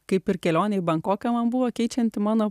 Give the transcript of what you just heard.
kaip ir kelionė į bankoką man buvo keičianti mano